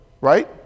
right